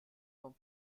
vom